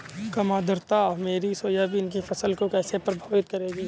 कम आर्द्रता मेरी सोयाबीन की फसल को कैसे प्रभावित करेगी?